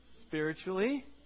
Spiritually